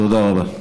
תודה רבה.